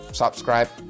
subscribe